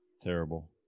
terrible